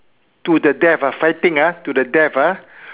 to the death ah fighting ah to the death ah